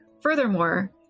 Furthermore